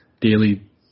daily